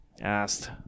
asked